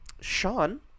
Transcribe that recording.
sean